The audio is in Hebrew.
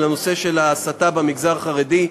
על הנושא של ההסתה במגזר החרדי.